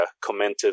commented